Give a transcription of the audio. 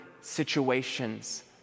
situations